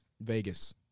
Vegas